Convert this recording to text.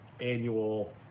annual